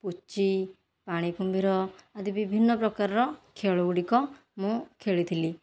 ପୁଚି ପାଣି କୁମ୍ଭୀର ଆଦି ବିଭିନ୍ନ ପ୍ରକାରର ଖେଳ ଗୁଡ଼ିକ ମୁଁ ଖେଳିଥିଲି